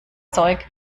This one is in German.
zeug